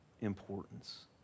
importance